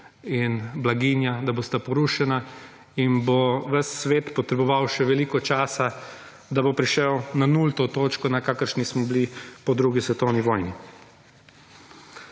in blaginja, da bosta porušena in bo ves svet potreboval še veliko časa, da bo prišel na nulto točko, na kakršni smo bili po 2. svetovni vojni.